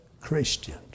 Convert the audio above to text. Christians